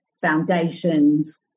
foundations